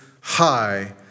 High